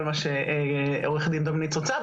מה שעורכת הדין דינה דומיניץ רוצה ,